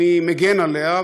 אני מגן עליה,